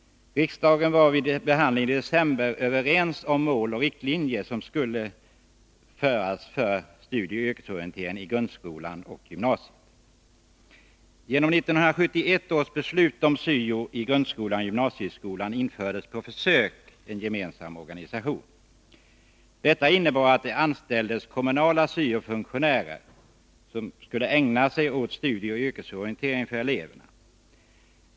Riksdagen var vid behandlingen i december 1981 överens om de mål och riktlinjer som skulle gälla för studieoch yrkesorienteringen i grundskolan och gymnasiet. Genom 1971 års beslut om syo i grundskolan och gymnasieskolan infördes på försök en gemensam organisation. Detta innebar att man anställde kommunala syo-funktionärer, som skulle ägna sig åt studieoch yrkesorienteringen för eleverna.